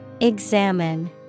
Examine